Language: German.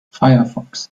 firefox